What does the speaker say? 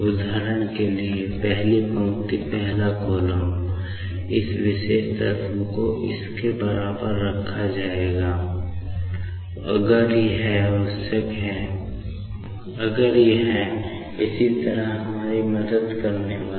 उदाहरण के लिए पहली पंक्ति पहला कॉलम यह विशेष तत्व इसके बराबर रखा जाएगा अगर जरुरत पड़ती है तो यह इसी तरह हमारी मदद करेगा